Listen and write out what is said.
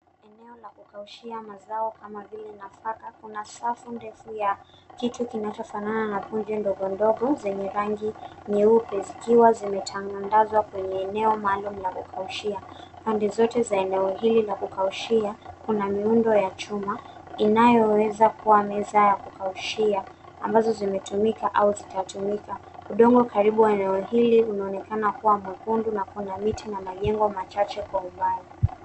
Eneo la kukaushia mazao kama vile nafaka. Kuna safu ndefu ya kichwa kinachofanana na punje ndogo ndogo, zenye rangi nyeupe, zikiwa zimetandazwa kwenye eneo maalumu ya kukaushia. Pande zote za eneo hili na kukaushia, kuna miundo ya chuma, inayoweza kuwa meza ya kukaushia, ambazo zimetumika au zitatumika. Udongo karibu na eneo hili unaonekana kuwa mwekundu na kuna miti na majengo machache kwa umbali.